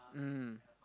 mm